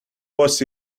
was